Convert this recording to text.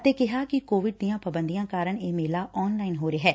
ਅਤੇ ਕਿਹਾ ਕਿ ਕੋਵਿਡ ਦੀਆਂ ਪਾਬੰਦੀਆਂ ਕਾਰਨ ਇਹ ਮੇਲਾ ਆਨ ਲਾਈਨ ਹੋ ਰਿਹੈ